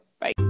Bye